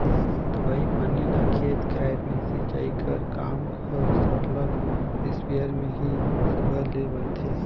दवई पानी ल खेत खाएर में छींचई कर काम हर सरलग इस्पेयर में ही सुग्घर ले बनथे